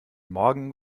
morgen